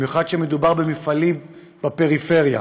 במיוחד כשמדובר במפעלים בפריפריה.